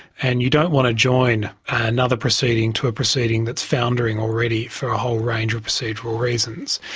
and you don't want to join another proceeding to a proceeding that's foundering already for a whole range of procedural reasons.